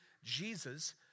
Jesus